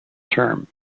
term